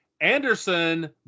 Anderson